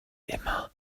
immer